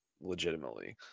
legitimately